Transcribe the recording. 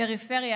/ פריפריה,